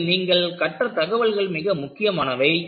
அதில் நீங்கள் கற்ற தகவல்கள் மிக முக்கியமானவை